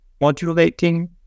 modulating